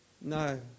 No